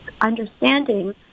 understanding